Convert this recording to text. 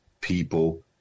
people